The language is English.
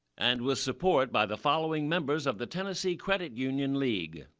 and with support by the following members of the tennessee credit union league.